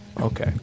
Okay